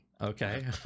Okay